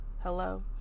Hello